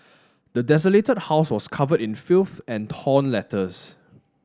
the desolated house was covered in filth and torn letters